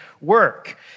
work